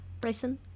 Bryson